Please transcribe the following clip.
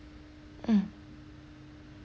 mm